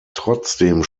trotzdem